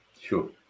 sure